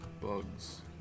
Bugs